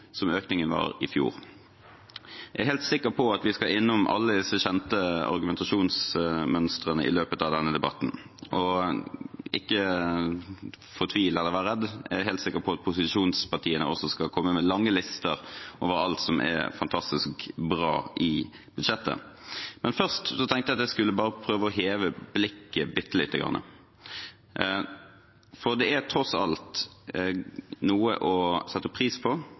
som økningen var i fjor. Jeg er helt sikker på at vi skal innom alle disse kjente argumentasjonsmønstrene i løpet av denne debatten – og ikke fortvil eller vær redde, jeg er helt sikker på at posisjonspartiene skal komme med lange lister over alt som er fantastisk bra i budsjettet. Men først tenkte jeg at jeg skulle prøve å heve blikket bitte lite grann. For det er tross alt noe å sette pris på